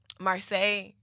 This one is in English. Marseille